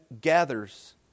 gathers